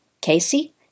Casey